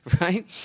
right